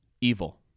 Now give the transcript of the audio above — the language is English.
evil